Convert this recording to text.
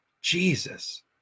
Jesus